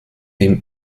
dem